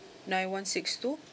nine one six two